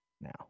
now